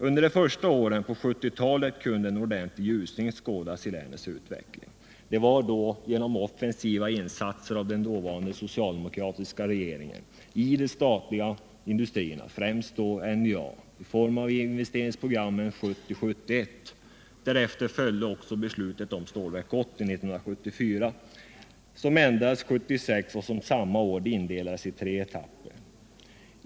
Under de första åren på 1970-talet kunde en ordentlig ljusning skådas i länets utveckling genom offensiva insatser av den dåvarande socialdemokratiska regeringen i de statliga industrierna, främst NJA i form av Investeringsprogram 70-71. Därefter följde beslutet om Stålverk 80 år 1974, som förändrades 1976 och som samma år indelades i tre etapper.